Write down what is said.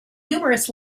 numerous